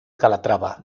calatrava